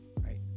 Right